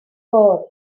bod